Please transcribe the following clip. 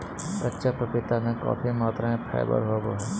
कच्चा पपीता में काफी मात्रा में फाइबर होबा हइ